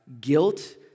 guilt